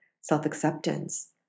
self-acceptance